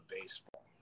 baseball